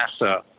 NASA